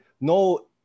No